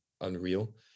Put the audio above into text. unreal